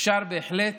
אפשר בהחלט